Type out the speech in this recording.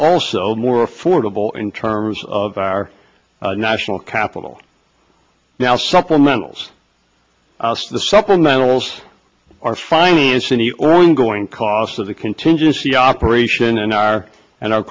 also more affordable in terms of our national capital now supplementals the supplementals are financing the or ongoing cost of the contingency operation and our and our